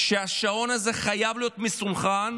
שהשעון הזה חייב להיות מסונכרן